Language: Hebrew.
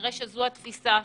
כנראה שזו התפיסה שם,